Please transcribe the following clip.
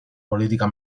política